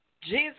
Jesus